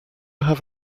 have